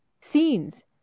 Scenes